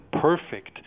perfect